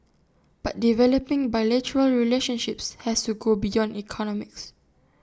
but developing bilateral relationships has to go beyond economics